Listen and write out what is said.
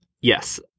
Yes